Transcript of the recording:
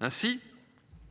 Ainsi.